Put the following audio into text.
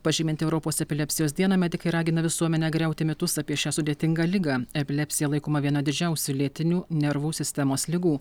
pažymint europos epilepsijos dieną medikai ragina visuomenę griauti mitus apie šią sudėtingą ligą epilepsija laikoma viena didžiausių lėtinių nervų sistemos ligų